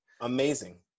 amazing